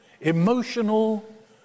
emotional